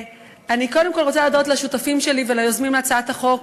אני קודם כול רוצה להודות לשותפים שלי וליוזמים של הצעת החוק,